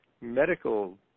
medical